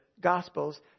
Gospels